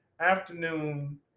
afternoon